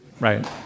right